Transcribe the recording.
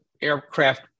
aircraft